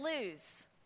Lose